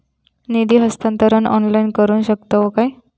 निधी हस्तांतरण ऑनलाइन करू शकतव काय?